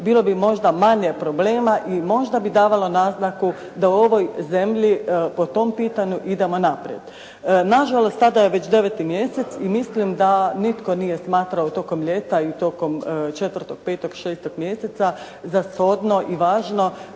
bilo bi možda manje problema i možda bi davalo naznaku da u ovoj zemlji po tom pitanju idemo naprijed. Na žalost sada je već deveti mjesec i mislim da nitko nije smatrao tokom ljeta i tokom četvrtog, petog, šestog mjeseca za shodno i važno